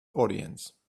audience